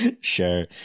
Sure